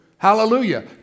Hallelujah